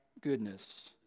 goodness